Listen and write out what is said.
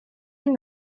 and